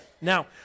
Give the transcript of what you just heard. Now